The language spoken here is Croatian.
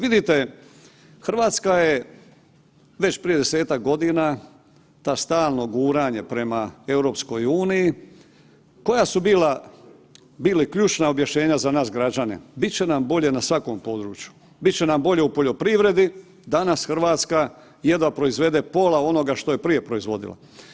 Vidite, Hrvatska je već prije desetak godina ta stalna guranja prema EU koja su bila ključna objašnjenja za nas građane, bit će nam bolje na svakom području, bit će nam bolje u poljoprivredi, danas Hrvatska jedva proizvede pola onoga što je prije proizvodila.